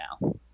now